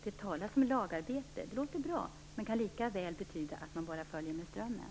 Det talas om lagarbete, och det låter bra. Men det kan lika väl betyda att man bara följer med strömmen.